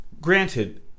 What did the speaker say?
Granted